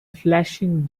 flashing